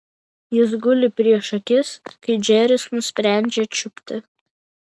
jis guli prieš akis kai džeris nusprendžia čiupti